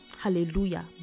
hallelujah